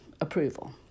approval